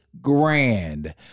Grand